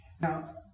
Now